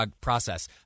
process